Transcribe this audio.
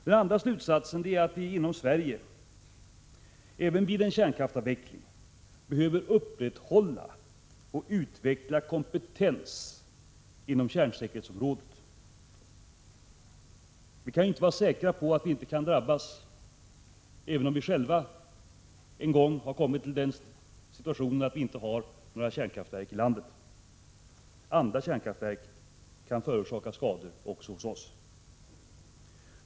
Den andra slutsats man kan dra är att man inom Sverige, även vid en kärnkraftsavveckling, behöver upprätthålla och utveckla kompetens inom kärnsäkerhetsområdet. Vi kan inte vara säkra på att vi inte kan drabbas, även om vi själva kommit i den situationen att vi inte har några kärnkraftverk i landet. Andra kärnkraftverk kan förorsaka skador också hos oss.